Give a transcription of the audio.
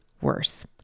worse